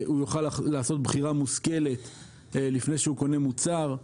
הוא יוכל לעשות בחירה מושכלת לפני שהוא קונה מוצר.